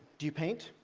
do you paint?